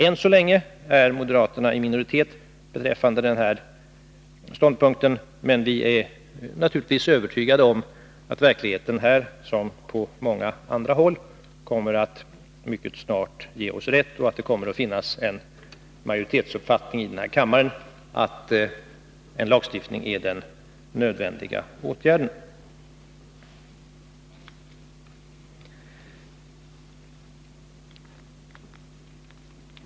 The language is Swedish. Än så länge är moderaterna i minoritet beträffande denna ståndpunkt, men vi är övertygade om att verkligheten här, som på många andra håll, mycket snart kommer att ge oss rätt och att det då kommer att finnas en majoritetsuppfattning i denna kammare att en lagstiftning är den nödvändiga åtgärden.